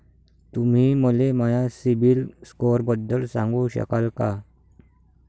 तुम्ही मले माया सीबील स्कोअरबद्दल सांगू शकाल का?